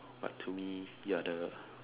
but to me you're the